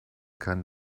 kann